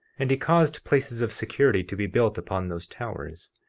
and he caused places of security to be built upon those towers,